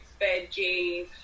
veggies